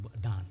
done